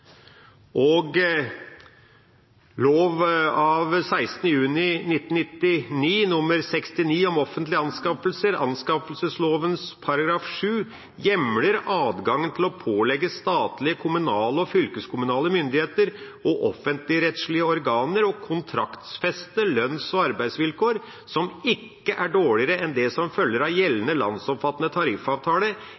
Lov av 16. juni 1999 nr. 69 om offentlige anskaffelser, anskaffelsesloven, § 7 hjemler adgangen til å pålegge statlige, kommunale og fylkeskommunale myndigheter og offentligrettslige organer å kontraktsfeste lønns- og arbeidsvilkår som ikke er dårligere enn det som følger av